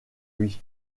lui